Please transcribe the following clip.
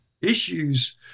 issues